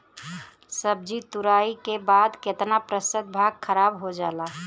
सब्जी तुराई के बाद केतना प्रतिशत भाग खराब हो जाला?